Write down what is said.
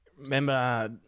remember